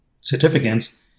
certificates